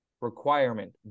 requirement